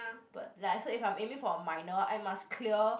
but like so if I'm aiming for a minor I must clear